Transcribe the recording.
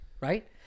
right